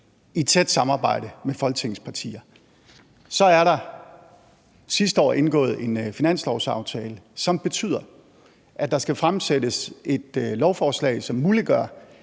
i tæt samarbejde med Folketingets partier. Der er så sidste år indgået en finanslovsaftale, som betyder, at der skal fremsættes et lovforslag, som muliggør,